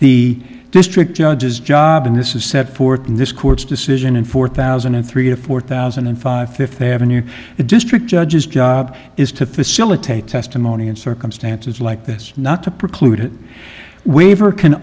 the district judge's job and this is set forth in this court's decision in four thousand and three a four thousand and five fifth avenue the district judge's job is to facilitate testimony in circumstances like this not to preclude it waiver can